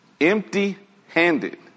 empty-handed